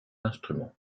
instrument